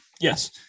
Yes